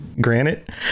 granite